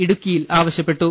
ഇടുക്കിയിൽ ആവിശ്യപ്പെട്ടു